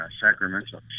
Sacramento